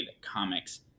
comics